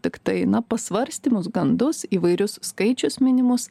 tiktai na pasvarstymus gandus įvairius skaičius minimus